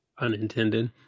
unintended